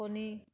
কণী